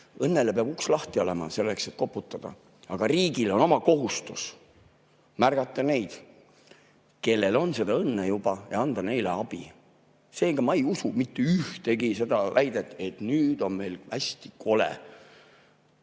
Õnnele peab uks lahti olema, selleks et koputada. Aga riigil on oma kohustus märgata neid, kellel on juba seda õnne, ja anda neile abi. Seega, ma ei usu mitte ühtegi seda väidet, et nüüd on meil hästi kole